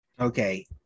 Okay